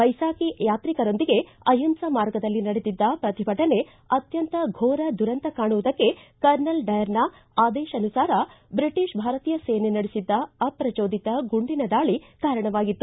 ಬೈಸಾಖಿ ಯಾತ್ರಿಕರೊಂದಿಗೆ ಅಹಿಂಸಾ ಮಾರ್ಗದಲ್ಲಿ ನಡೆದಿದ್ದ ಪ್ರತಿಭಟನೆ ಅತ್ಯಂತ ಘೋರ ದುರಂತ ಕಾಣುವುದಕ್ಕೆ ಕರ್ನಲ್ ಡಯರ್ನ ಆದೇಶಾನುಸಾರ ಬ್ರಿಟಿಷ್ ಭಾರತೀಯ ಸೇನೆ ನಡೆಸಿದ್ದ ಅಪ್ರಜೋದಿತ ಗುಂಡಿನ ದಾಳಿ ಕಾರಣವಾಗಿತ್ತು